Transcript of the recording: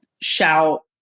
shout